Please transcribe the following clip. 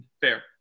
Fair